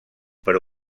però